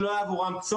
אם לא היה עבורם צורך,